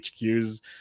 HQ's